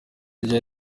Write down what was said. iryo